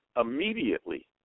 immediately